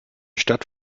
stadt